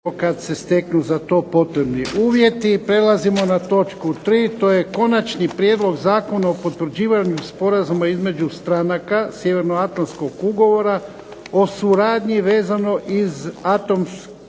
**Jarnjak, Ivan (HDZ)** prelazimo na točku 3., to je - Konačni prijedlog Zakona o potvrđivanju Sporazuma između stranaka Sjevernoatlantskog ugovora o suradnji vezano iz atomske